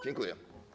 Dziękuję.